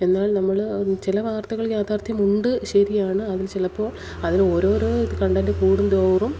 എന്നാൽ നമ്മൾ ചില വാർത്തകൾ യാഥാർത്ഥ്യമുണ്ട് ശരിയാണ് അതിൽ ചിലപ്പോൾ അതിന് ഓരോരോ കണ്ടൻ്റ് കൂടുന്തോറും